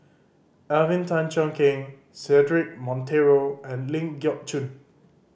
Alvin Tan Cheong Kheng Cedric Monteiro and Ling Geok Choon